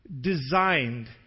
designed